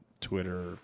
Twitter